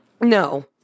No